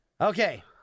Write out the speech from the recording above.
Okay